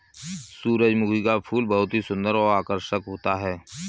सुरजमुखी का फूल बहुत ही सुन्दर और आकर्षक होता है